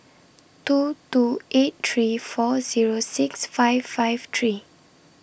two two eight three four Zero six five five three